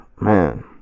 man